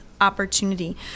opportunity